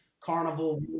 Carnival